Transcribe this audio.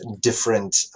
different